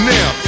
Now